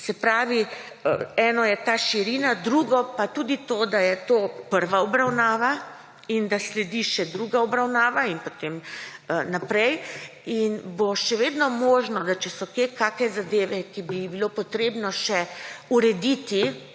Se pravi, eno je ta širina, drugo pa tudi to, da je to prva obravnava in da sledi še druga obravnava in potem naprej in bo še vedno možno, da če so kje kakšne zadeve, ki bi jih bilo potrebno še urediti,